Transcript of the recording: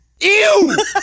Ew